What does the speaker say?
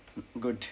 good